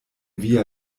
via